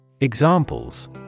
Examples